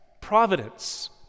Providence